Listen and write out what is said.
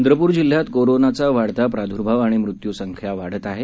चंद्रपूर जिल्ह्यात कोरोनाचा वाढता प्रादुर्भाव आणि मृत्यूसंख्या वाढत आहे